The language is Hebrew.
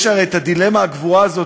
יש הרי הדילמה הקבועה הזאת,